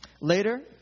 Later